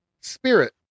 spirit